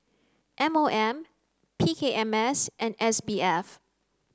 M O M P K M S and S B F